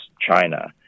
China